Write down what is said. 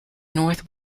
north